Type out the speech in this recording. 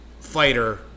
fighter